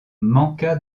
manqua